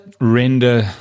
render